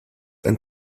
ein